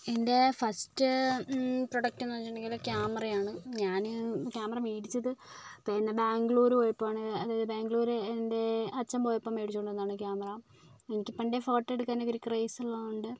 എൻ്റെ first product എന്ന് വെച്ചിട്ടുണ്ടെങ്കിൽ ക്യാമറ ആണ് ഞാൻ ക്യാമറ മേടിച്ചത് പിന്നെ ബാംഗ്ളൂർ പോയപ്പോൾ ആണ് അതായത് ബാംഗ്ളൂർ എൻ്റെ അച്ഛൻ പോയപ്പോൾ മേടിച്ചു കൊണ്ട് വന്നതാണ് ക്യാമറ എനിക്ക് പണ്ടേ ഫോട്ടോ എടുക്കാനും ഒരു ക്രെയ്സ് ഉള്ളത് കൊണ്ട്